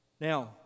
Now